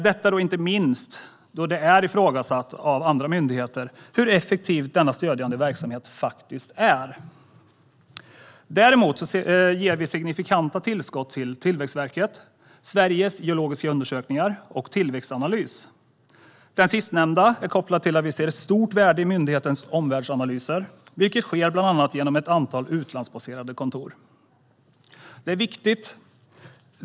Detta gör vi inte minst eftersom det är ifrågasatt av andra myndigheter hur effektiv denna stödjande verksamhet faktiskt är. Däremot ger vi signifikanta tillskott till Tillväxtverket, Sveriges geologiska undersökningar och Tillväxtanalys. Den sistnämnda är kopplad till att vi ser ett stort värde i myndighetens omvärldsanalyser, vilka sker bland annat genom ett antal utlandsbaserade kontor.